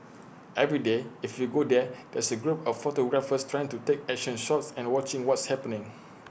every day if you go there there's A group of photographers trying to take action shots and watching what's happening